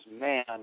man